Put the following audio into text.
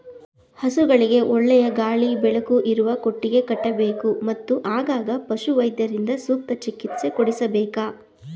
ಹಸುಗಳಿಗೆ ಒಳ್ಳೆಯ ಗಾಳಿ ಬೆಳಕು ಇರುವ ಕೊಟ್ಟಿಗೆ ಕಟ್ಟಬೇಕು, ಮತ್ತು ಆಗಾಗ ಪಶುವೈದ್ಯರಿಂದ ಸೂಕ್ತ ಚಿಕಿತ್ಸೆ ಕೊಡಿಸಬೇಕು